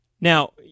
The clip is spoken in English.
Now